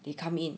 they come in